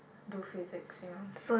do physics you know